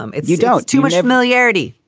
um if you don't. too much familiarity.